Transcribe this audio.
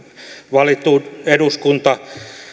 valittu eduskunta